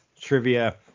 trivia